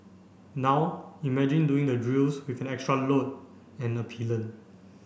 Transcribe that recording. now imagine doing the drills with an extra load and a pillion